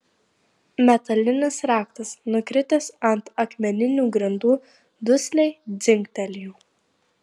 metalinis raktas nukritęs ant akmeninių grindų dusliai dzingtelėjo